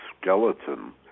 skeleton